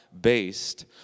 based